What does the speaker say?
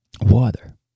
water